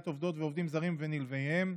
עובדות ועובדים זרים והנלווים אליהם,